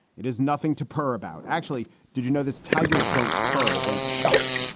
it is nothing to purr about. actually, did you know this? tigers don't purr. they chuff.